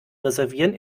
reservieren